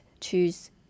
choose